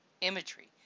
imagery